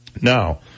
Now